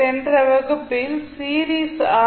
சென்ற வகுப்பில் series R